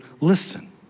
listen